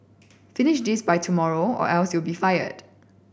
finish this by tomorrow or else you'll be fired